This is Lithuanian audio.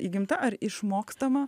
įgimta ar išmokstama